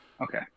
okay